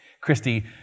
Christy